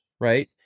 right